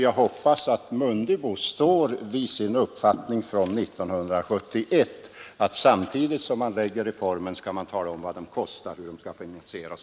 Jag hoppas att herr Mundebo står fast vid sin uppfattning från 1971, att samtidigt som utredningen lägger fram sitt förslag skall man tala om vad reformen kostar och hur den skall finansieras.